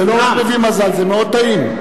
זה לא רק מביא מזל, זה מאוד טעים.